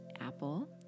Apple